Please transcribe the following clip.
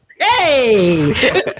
Hey